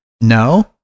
No